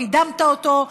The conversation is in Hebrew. קידמת אותו,